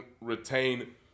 retain